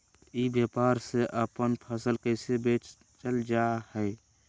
ई व्यापार से अपन फसल कैसे बेचल जा हाय?